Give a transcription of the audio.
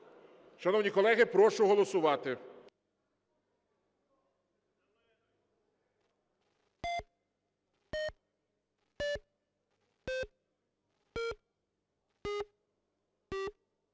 Шановні колеги, прошу голосувати.